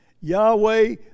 Yahweh